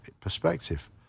perspective